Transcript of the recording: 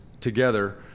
together